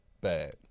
Bad